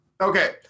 Okay